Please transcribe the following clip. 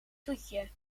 toetje